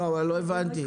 לא הבנתי.